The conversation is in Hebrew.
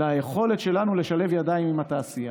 היכולת שלנו לשלב ידיים עם התעשייה.